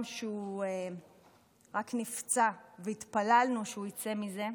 שהוא רק נפצע והתפללנו שהוא יצא מזה,